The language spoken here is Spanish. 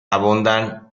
abundan